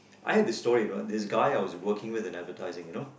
I have this story you know this guy I was working with and advertising you know